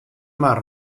mar